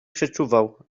przeczuwał